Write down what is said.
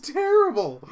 terrible